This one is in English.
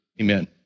Amen